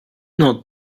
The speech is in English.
not